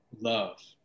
love